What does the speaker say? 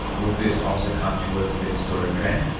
would this also count towards the historic trend?